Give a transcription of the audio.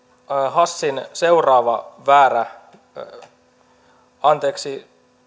hassin seuraava väärä anteeksi